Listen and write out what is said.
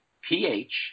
pH